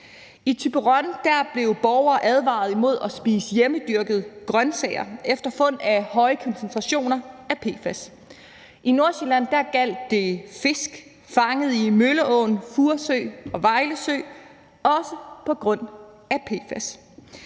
I Thyborøn blev borgere advaret imod at spise hjemmedyrkede grønsager efter fund af høje koncentrationer af PFAS. I Nordsjælland gjaldt det fisk fanget i Mølleåen, Furesø og Vejlesø, også på grund af PFAS.